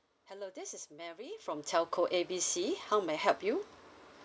hello this is mary from telco A B C how may I help you